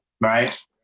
right